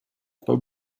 pas